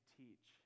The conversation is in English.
teach